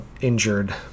injured